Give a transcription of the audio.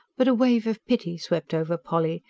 but a wave of pity swept over polly,